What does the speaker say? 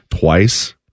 twice